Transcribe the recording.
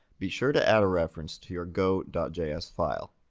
be sure to add a reference to your go js file.